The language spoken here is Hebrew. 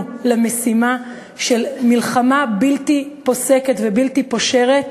למשימה של מלחמה בלתי פוסקת ובלתי מתפשרת